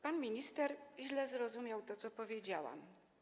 Pan minister źle zrozumiał to, co powiedziałam.